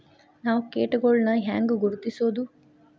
ನಾವ್ ಕೇಟಗೊಳ್ನ ಹ್ಯಾಂಗ್ ಗುರುತಿಸೋದು?